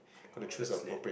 orh that's late